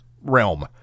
realm